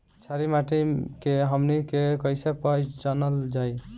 छारी माटी के हमनी के कैसे पहिचनल जाइ?